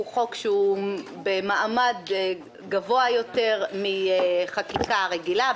הוא חוק שהוא במעמד גבוה יותר מחקיקה רגילה,